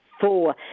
four